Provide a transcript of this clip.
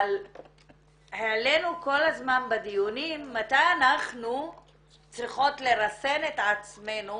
אבל העלינו כל הזמן בדיונים מתי אנחנו צריכות לרסן את עצמנו